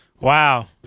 Wow